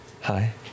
Hi